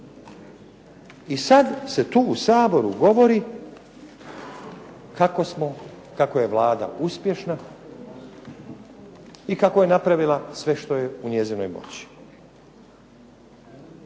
I sad se tu u Saboru govori kako je Vlada uspješna i kako je napravila sve što je u njezinoj moći.